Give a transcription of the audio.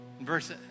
verse